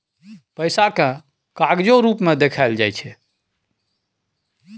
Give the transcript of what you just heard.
पैसा केँ कागजो रुप मे देखल जाइ छै